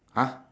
!huh!